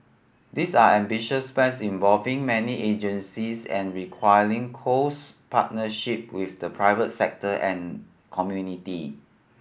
these are ambitious plans involving many agencies and requiring close partnership with the private sector and community